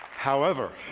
however